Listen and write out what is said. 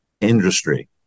industry